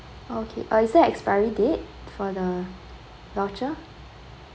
okay uh is there expiry date for the voucher